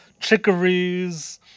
chicories